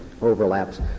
overlaps